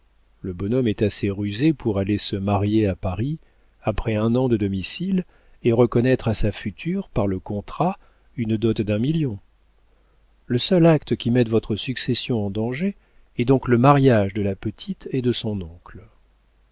le bonhomme est assez rusé pour aller se marier à paris après un an de domicile et reconnaître à sa future par le contrat une dot d'un million le seul acte qui mette votre succession en danger est donc le mariage de la petite et de son oncle